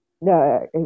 No